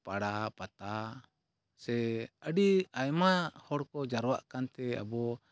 ᱯᱟᱲᱦᱟ ᱯᱟᱛᱟ ᱥᱮ ᱟᱹᱰᱤ ᱟᱭᱢᱟ ᱦᱚᱲ ᱠᱚ ᱡᱟᱨᱣᱟᱜ ᱠᱟᱱᱛᱮ ᱟᱵᱚ